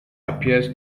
appears